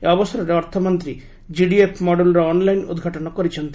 ଏହି ଅବସରରେ ଅର୍ଥମନ୍ତ୍ରୀ କିଡିଏଫ୍ ମଡ଼ୁଲ୍ର ଅନ୍ଲାଇନ୍ ଉଦ୍ଘାଟନ କରିଛନ୍ତି